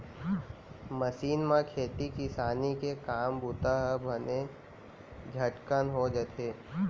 machine म खेती किसानी के काम बूता ह बने झटकन हो जाथे